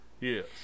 Yes